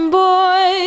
boy